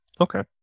Okay